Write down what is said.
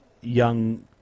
young